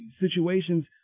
situations